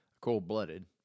Cold-blooded